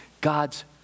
God's